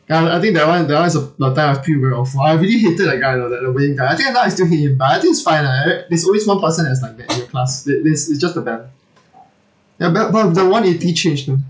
ya I think that one that one is uh the time when I was feeling very awful I really hated that guy you know that the way now I think until now I still hate him but I think is fine lah right there's always one person is like that in your class that that's it's just like that ya but then but the one he did change though